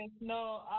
No